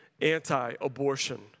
anti-abortion